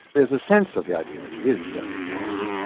there's a sense of the idea which is very wrong.